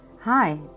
Hi